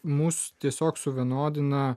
mūsų tiesiog suvienodina